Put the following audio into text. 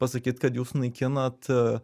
pasakyt kad jūs naikinat